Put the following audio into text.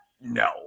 no